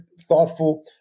thoughtful